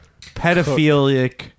pedophilic